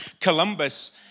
Columbus